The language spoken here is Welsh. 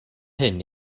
hyn